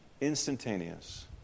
Instantaneous